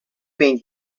being